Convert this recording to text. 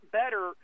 better